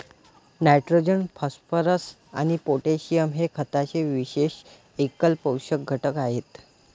nitrogen, phosphorus आणि potassium हे खताचे विशेष एकल पोषक घटक आहेत